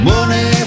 Money